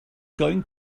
going